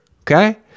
okay